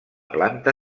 planta